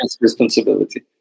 responsibility